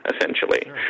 essentially